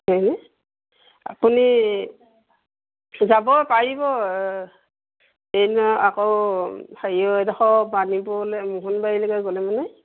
আপুনি যাব পাৰিব ট্ৰেইন আকৌ হেৰি এডোখৰ বাণীপুৰলৈ গ'লে মানে